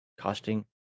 costing